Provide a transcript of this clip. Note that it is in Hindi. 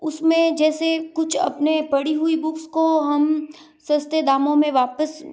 उसमें जैसे कुछ अपने पढ़ी हुई बुक्स को हम सस्ते दामों में वापस